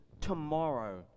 tomorrow